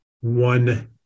one